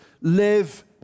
Live